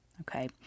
Okay